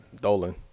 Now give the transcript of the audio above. Dolan